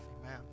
amen